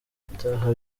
ataha